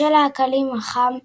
בשל האקלים החם בקטר,